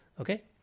Okay